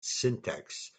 syntax